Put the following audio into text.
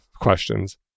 questions